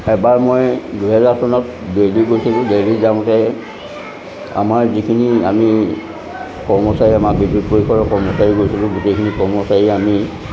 এবাৰ মই দুহেজাৰ চনত দেলহি গৈছিলোঁ দেলহি যাওঁতে আমাৰ যিখিনি আমি কৰ্মচাৰী আমাৰ বিদ্য়ুত পৰিষদৰ কৰ্মচাৰী গৈছিলোঁ গোটেইখিনি কৰ্মচাৰী আমি